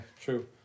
true